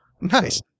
Nice